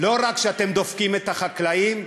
לא רק שאתם דופקים את החקלאים,